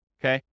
okay